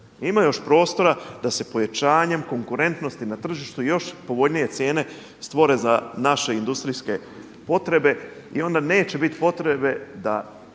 Ima još prostora da se pojačanjem konkurentnosti na tržištu još povoljnije cijene stvore za naše industrijske potrebe i onda neće biti potrebe da